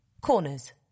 Corners